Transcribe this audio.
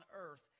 earth